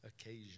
occasion